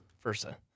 versa